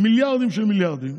מיליארדים של מיליארדים.